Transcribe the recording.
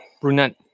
Brunette